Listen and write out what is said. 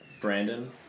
Brandon